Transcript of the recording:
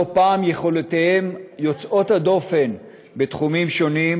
לא פעם יכולותיהם יוצאות דופן בתחומים שונים,